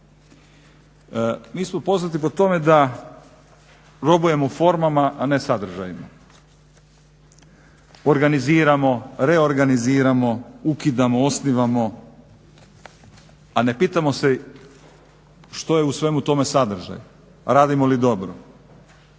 Mi smo poznati po tome da robujemo formama, a ne sadržajima. Organiziramo, reorganiziramo, ukidamo, osnivamo, a ne pitamo se što je u svemu tome sadržaj, radimo li dobro.